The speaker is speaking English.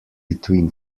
between